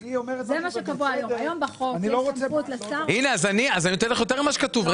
אני נותן לך יותר ממה שכתוב.